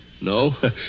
No